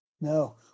No